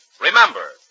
Remember